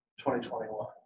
2021